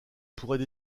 pourrait